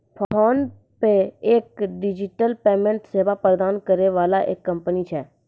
PhonePe एक digital payment सेवा प्रदान करै वाला एक कंपनी छै